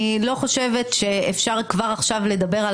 אני לא חושבת שאפשר כבר עכשיו לדבר על